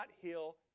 heal